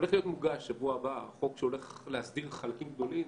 בשבוע הבא הולך להיות מוגש חוק שהולך להסדיר חלקים גדולים,